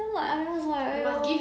well I was like !aiyo!